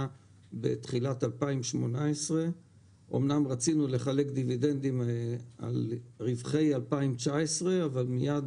בתחילת שנת 2018. אמנם רצינו לחלק דיבידנדים על רווחי 2019 אבל מייד